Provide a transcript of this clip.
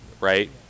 right